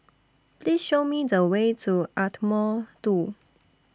Please Show Me The Way to Ardmore two